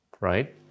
right